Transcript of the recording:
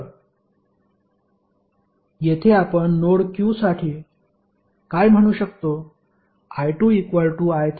तर येथे आपण नोड Q साठी काय म्हणू शकतो